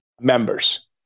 members